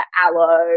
aloe